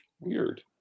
weird